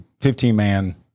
15-man